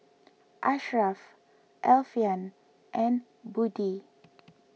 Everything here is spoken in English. Ashraf Alfian and Budi